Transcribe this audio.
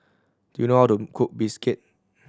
do you know how to cook bistake